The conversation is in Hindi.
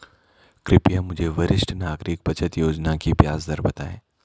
कृपया मुझे वरिष्ठ नागरिक बचत योजना की ब्याज दर बताएँ